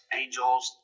angels